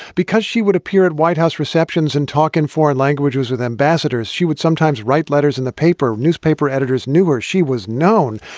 because she would appear at white house receptions and talk in foreign languages with ambassadors. she would sometimes write letters in the paper. newspaper editors knew where she was known.